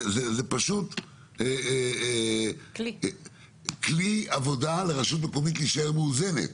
זה פשוט כלי עבודה לרשות מקומית להישאר מאוזנת.